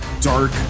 dark